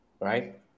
right